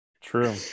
True